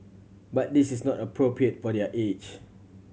but this is not appropriate for their age